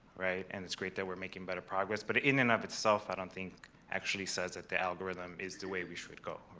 and it's great that we're making better progress. but in and of itself, i don't think actually says that the algorithm is the way we should go.